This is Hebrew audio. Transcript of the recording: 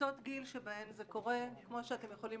קבוצות גיל שבהן זה קורה כמו שאתם יכולים